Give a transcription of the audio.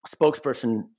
spokesperson